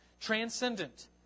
transcendent